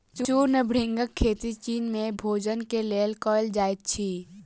चूर्ण भृंगक खेती चीन में भोजन के लेल कयल जाइत अछि